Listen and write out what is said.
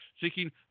seeking